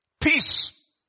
Peace